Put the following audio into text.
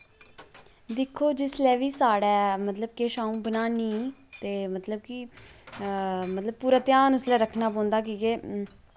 दिक्खो जिसलै बी साढ़ै मतलब किश अ'ऊं बनान्नी ते मतलव कि आं मतलब पूरा ध्यान उसलै रक्खना पौंदा की के